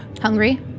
Hungry